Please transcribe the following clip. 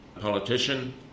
politician